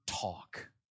talk